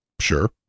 Sure